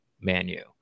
menu